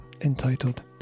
entitled